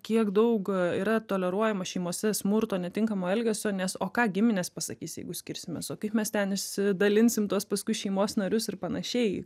kiek daug yra toleruojama šeimose smurto netinkamo elgesio nes o ką giminės pasakys jeigu skirsimės o kaip mes ten išsidalinsim tuos paskui šeimos narius ir panašiai